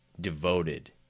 devoted